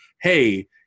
hey